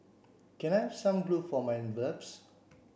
can I some glue for my envelopes